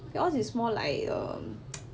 yours is more like err